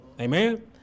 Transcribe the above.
Amen